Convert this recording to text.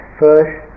first